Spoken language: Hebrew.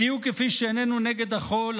בדיוק כפי שאיננו נגד החול,